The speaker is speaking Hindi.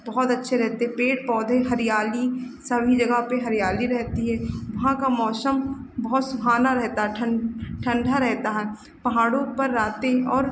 बहुत अच्छे रहते हैं पेड़ पौधे हरियाली सभी जगह पर हरियाली रहती है वहाँ का मौसम बहुत सुहाना रहता है ठण्ड ठण्डा रहता है पहाड़ों पर रातें और